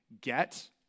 get